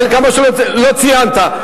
חלקם שלא ציינת.